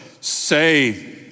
say